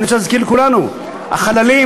אני רוצה להזכיר לכולנו: החללים